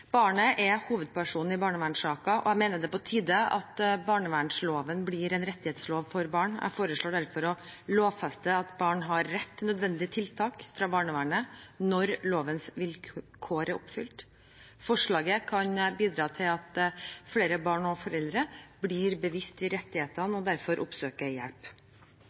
Barnet er hovedpersonen i barnevernssaker, og jeg mener det er på tide at barnevernsloven blir en rettighetslov for barn. Jeg foreslår derfor å lovfeste at barn har rett til nødvendige tiltak fra barnevernet når lovens vilkår er oppfylt. Forslaget kan bidra til at flere barn og foreldre blir bevisste de rettighetene og derfor oppsøker hjelp.